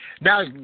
Now